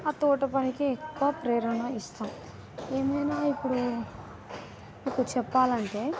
ఆ తోట పనికే ఎక్కువ ప్రేరణ ఇస్తాము ఏమైనా ఇప్పుడు మీకు చెప్పాలంటే